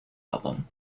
album